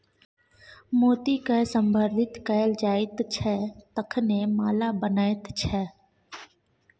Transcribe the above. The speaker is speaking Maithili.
मोतीकए संवर्धित कैल जाइत छै तखने माला बनैत छै